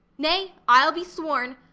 nay, i'll be sworn,